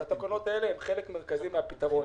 אבל התקנות האלו הן חלק מרכזי מהפתרון.